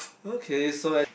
okay so ac~